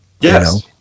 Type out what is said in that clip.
Yes